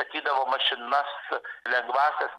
statydavo mašinas lengvąsias